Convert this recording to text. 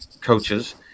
coaches